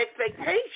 expectations